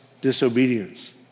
disobedience